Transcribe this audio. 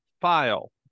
File